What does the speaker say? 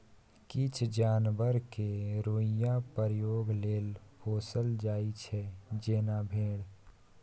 किछ जानबर केँ रोइयाँ प्रयोग लेल पोसल जाइ छै जेना भेड़